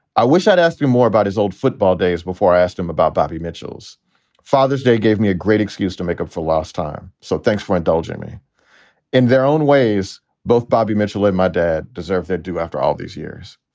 i wish i'd ask you more about his old football days before i asked him about bobby mitchell's father's day gave me a great excuse to make up for lost time. so thanks for indulging me in their own ways. both bobby mitchell and my dad deserve their due after all these years